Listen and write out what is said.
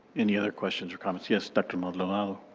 any other questions or comments? yes, dr. maldonado.